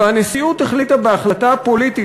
והנשיאות החליטה בהחלטה פוליטית,